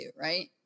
right